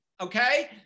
okay